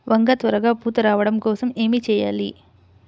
వంగ త్వరగా పూత రావడం కోసం ఏమి చెయ్యాలి?